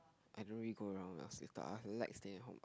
I don't really go around lah I like staying at home